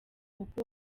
uko